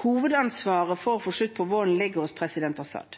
Hovedansvaret for å få slutt på volden ligger hos president Assad.